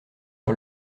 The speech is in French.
sur